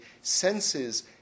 senses